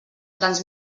grans